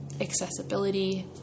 accessibility